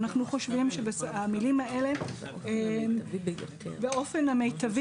ואנחנו חושבים שהמילים האלה "באופן המיטבי